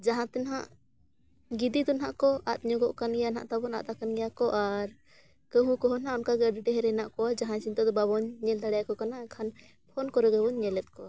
ᱡᱟᱦᱟᱸ ᱛᱮ ᱱᱟᱦᱟᱸᱜ ᱜᱤᱫᱤ ᱫᱚ ᱱᱟᱦᱟᱸᱜ ᱠᱚ ᱟᱫ ᱧᱚᱜᱚᱜ ᱠᱟᱱ ᱜᱮᱭᱟ ᱱᱟᱦᱟᱸᱜ ᱛᱟᱵᱚᱱ ᱟᱫ ᱟᱠᱟᱱ ᱜᱮᱭᱟ ᱠᱚ ᱟᱨ ᱠᱟᱹᱦᱩ ᱠᱚᱦᱚᱸ ᱱᱟᱦᱟᱸᱜ ᱚᱱᱠᱟ ᱜᱮ ᱟᱹᱰᱤ ᱰᱷᱮᱨ ᱦᱮᱱᱟᱜ ᱠᱚᱣᱟ ᱡᱟᱦᱟᱸᱭ ᱪᱤᱱᱛᱟᱹ ᱫᱚ ᱵᱟᱵᱚᱱ ᱧᱮᱞ ᱫᱟᱲᱮᱭᱟᱠᱚ ᱠᱟᱱᱟ ᱮᱠᱷᱟᱱ ᱯᱷᱳᱱ ᱠᱚᱨᱮ ᱫᱚᱵᱚᱱ ᱧᱮᱞᱮᱫ ᱠᱚᱣᱟ